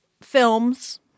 films